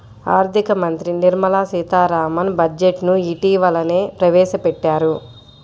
ఆర్ధిక మంత్రి నిర్మలా సీతారామన్ బడ్జెట్ ను ఇటీవలనే ప్రవేశపెట్టారు